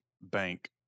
bank